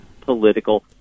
political